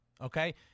okay